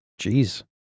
Jeez